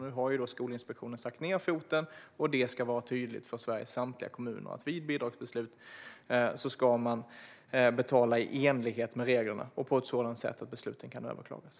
Nu har Skolinspektionen satt ned foten. Det ska vara tydligt för samtliga Sveriges kommuner att man vid bidragsbeslut ska betala i enlighet med reglerna och på ett sådant sätt att besluten kan överklagas.